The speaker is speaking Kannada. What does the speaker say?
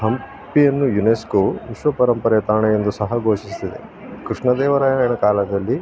ಹಂಪಿಯನ್ನು ಯುನೆಸ್ಕೊ ವಿಶ್ವ ಪರಂಪರೆಯ ತಾಣ ಎಂದು ಸಹ ಘೋಷಿಸಿದೆ ಕೃಷ್ಣ ದೇವರಾಯನ ಕಾಲದಲ್ಲಿ